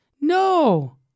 No